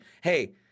hey